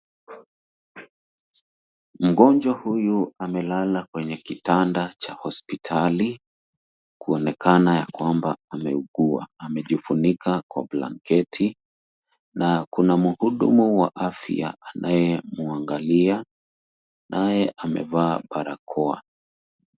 Mgonjwa huyu amelala kwenye kitanda cha hospitali, kuonekana ya kwamba ameugua, amejifunika kwa blanketi, na kuna mhudumu wa afya anayemwangalia, naye amevaa barakoa.